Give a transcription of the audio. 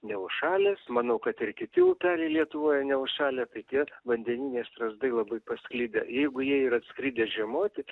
neužšalęs manau kad ir kiti upeliai lietuvoje neužšalę tai tie vandeniniai strazdai labai pasklidę jeigu jie ir atskridę žiemoti